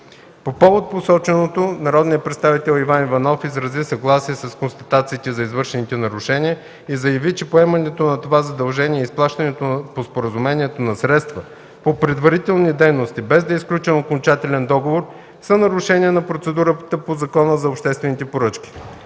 По повод посоченото народният представител Иван Иванов изрази съгласие с констатациите за извършените нарушения и заяви, че поемането на това задължение и изплащането по споразумението на средства за предварителни дейности, без да е сключен окончателен договор, са нарушение на процедурата по Закона за обществените поръчки.